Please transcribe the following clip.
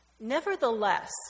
Nevertheless